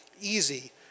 easy